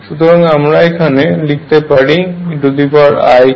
সুতরাং আমরা এখানে লিখতে পারি eikaAB